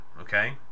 okay